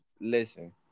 Listen